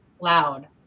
loud